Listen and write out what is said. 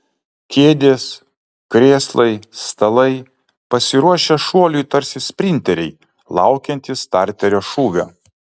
kėdės krėslai stalai pasiruošę šuoliui tarsi sprinteriai laukiantys starterio šūvio